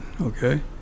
okay